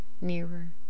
nearer